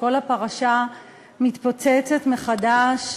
כשכל הפרשה מתפוצצת מחדש,